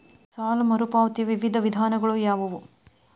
ಸಾಲ ಮರುಪಾವತಿಯ ವಿವಿಧ ವಿಧಾನಗಳು ಯಾವುವು?